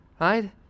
right